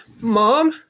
Mom